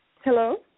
Hello